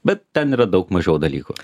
bet ten yra daug mažiau dalykų